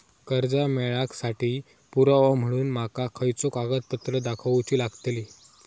कर्जा मेळाक साठी पुरावो म्हणून माका खयचो कागदपत्र दाखवुची लागतली?